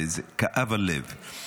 כאב הלב.